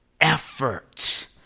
effort